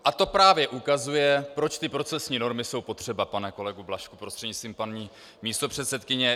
A to právě ukazuje, proč ty procesní normy jsou potřeba, pane kolegu Blažku prostřednictvím paní místopředsedkyně.